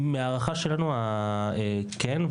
מההערכה שלנו כן,